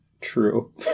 true